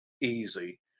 easy